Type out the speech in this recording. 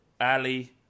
Ali